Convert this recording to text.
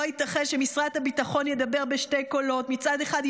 ייתכן שמשרד הביטחון ידבר בשני קולות: מצד אחד,